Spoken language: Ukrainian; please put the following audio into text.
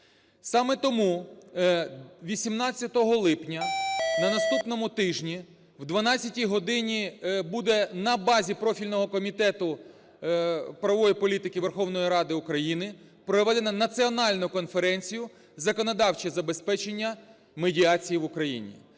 Саме тому 18 липня, на наступному тижні, о 12-й годині буде на базі профільного Комітету правової політики Верховної Ради України проведено Національну конференцію: "Законодавче забезпечення медіації в Україні".